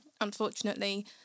unfortunately